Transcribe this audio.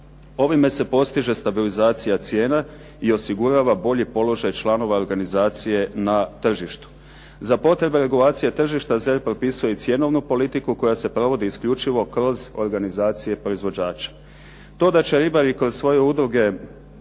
Ovime se postiže stabilizacija cijena i osigurava bolji položaj članova organizacije na tržištu. Za potrebe regulacije tržišta ZERP propisuje i cjenovnu politiku koja se provodi isključivo kroz organizacije proizvođača.